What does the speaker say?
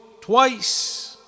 twice